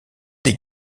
des